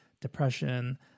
depression